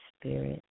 spirit